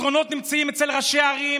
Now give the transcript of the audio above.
הפתרונות נמצאים אצל ראשי הערים,